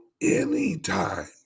anytime